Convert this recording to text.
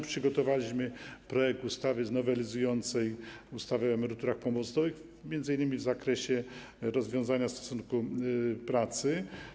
Przygotowaliśmy projekt ustawy nowelizującej ustawę o emeryturach pomostowych m.in. w zakresie rozwiązania stosunku pracy.